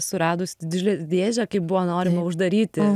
suradus didžiulę dėžę kaip buvo norima uždaryti